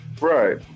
Right